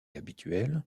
habituelle